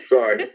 Sorry